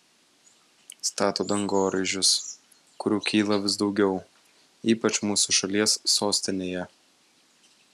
stato dangoraižius kurių kyla vis daugiau ypač mūsų šalies sostinėje